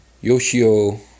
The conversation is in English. Yoshio